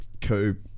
Coop